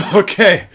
okay